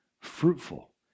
fruitful